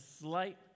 slight